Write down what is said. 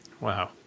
Wow